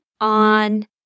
on